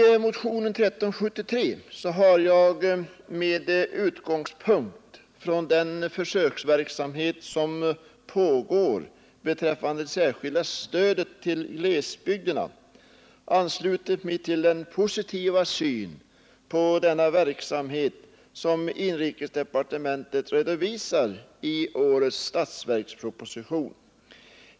I motionen 1373 har jag med utgångspunkt från försöksverksamhet som pågår beträffande det särskilda stödet till glesbygderna anslutit mig till den positiva syn på denna verksamhet som inrikesdepartementet redovisar i årets statsverksproposition.